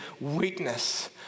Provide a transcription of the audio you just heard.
weakness